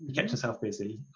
kept himself busy.